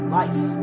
life